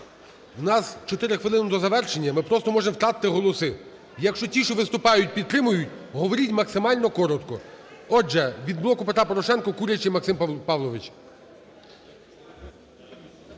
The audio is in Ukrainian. у нас 4 хвилини до завершення, ми просто можемо втратити голоси. Якщо ті, що виступають підтримують, говоріть максимально коротко. Отже, від "Блоку Петра Порошенка" Курячий Максим Павлович.